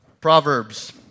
Proverbs